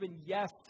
Yes